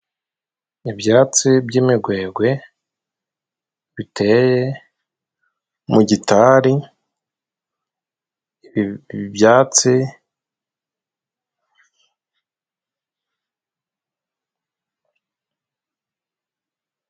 Ibyatsi by'imigwegwe biteye mu gitari, ibi byatsi.